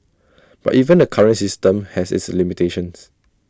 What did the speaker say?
but even the current system has its limitations